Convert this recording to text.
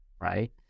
right